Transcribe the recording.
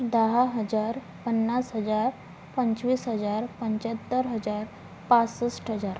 दहा हजार पन्नास हजार पंचवीस हजार पंच्याहत्तर हजार पासष्ट हजार